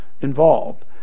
involved